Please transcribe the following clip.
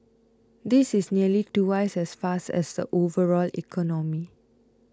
this is nearly twice as fast as the overall economy